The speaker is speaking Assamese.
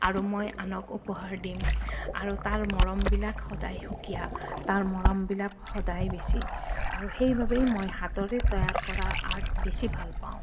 আৰু মই আনক উপহাৰ দিম আৰু তাৰ মৰমবিলাক সদায় সুকীয়া তাৰ মৰমবিলাক সদায় বেছি আৰু সেইবাবেই মই হাতৰে তৈয়াৰ কৰা আৰ্ট বেছি ভাল পাওঁ